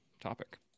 topic